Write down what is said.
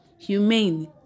humane